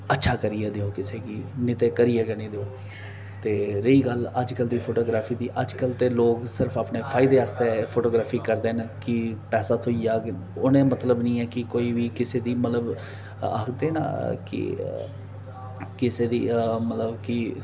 अच्छा करियै देओ कुसै गी नेईं ते करियै गै नेईं देओ ते रेही गल्ल अज्जकल दी फोटोग्राफी दी अज्जकल ते लोक सिर्फ अपने फायदे आस्तै फोटोग्राफी करदे न कि पैसा थ्होई जाहग उ'नेंगी मतलब नेईं ऐ कि कोई बी कुसै दी मतलब आखदे ना कि कुसै दी मतलब कि